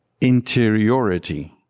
interiority